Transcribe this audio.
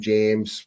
James